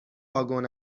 واگن